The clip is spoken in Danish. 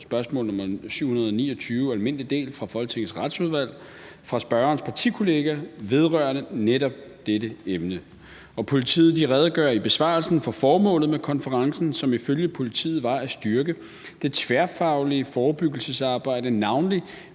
spørgsmål nr. 729, alm.del, fra Folketingets Retsudvalg, fra spørgerens partikollega, vedrørende netop dette emne, og politiet redegør i besvarelsen for formålet med konferencen, som ifølge politiet var at styrke det tværfaglige forebyggelsesarbejde, navnlig